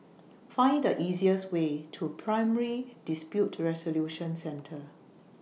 Find The easiest Way to Primary Dispute Resolution Centre